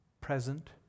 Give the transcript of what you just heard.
present